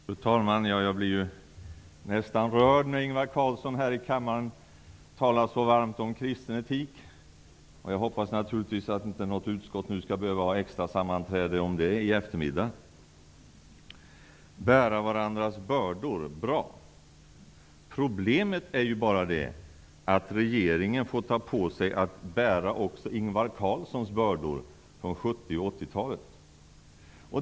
Fru talman! Jag blev nästan rörd när Ingvar Carlsson här i kammaren talade så varmt om kristen etik. Jag hoppas naturligtvis att inget utskott skall behöva ha ett extra sammanträde om det i eftermiddag. Han sade att vi skall bära varandras bördor, och det är bra. Problemet är bara att regeringen får ta på sig att bära också Ingvar Carlssons bördor från 70 och 80-talet.